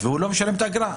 והוא לא משלם את האגרה.